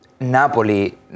Napoli